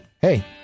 hey